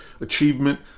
achievement